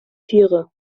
tiere